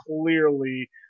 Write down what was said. clearly